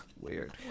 weird